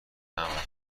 عملکرد